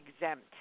exempt